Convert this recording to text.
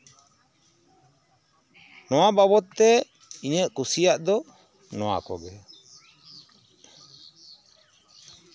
ᱱᱚᱣᱟ ᱵᱟᱵᱚᱼᱛᱮ ᱤᱧᱟᱹᱜ ᱠᱩᱥᱤᱭᱟᱜ ᱫᱚ ᱱᱚᱣᱟ ᱠᱚᱜᱮ